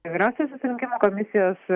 vyriausiosios rinkimų komisijos